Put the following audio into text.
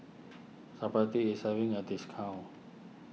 Supravit is having a discount